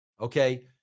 okay